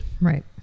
Right